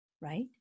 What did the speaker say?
right